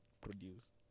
produce